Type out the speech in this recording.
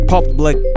Public